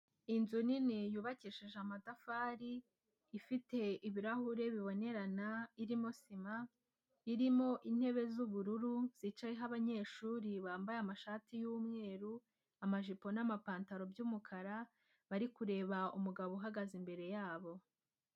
Inzu nini yubakishije amatafari, ifite ibirahure bibonerana irimo sima, irimo intebe z'ubururu zicayeho abanyeshuri bambaye amashati y'umweru, amajipo n'amapantaro by'umukara bari kureba umugabo uhagaze imbere yabo.